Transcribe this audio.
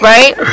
Right